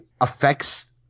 affects